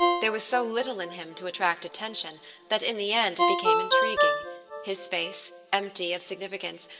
there was so little in him to attract attention that in the end it became intriguing his face, empty of significance,